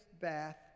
bath